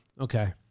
Okay